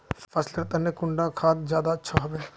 फसल लेर तने कुंडा खाद ज्यादा अच्छा सोबे?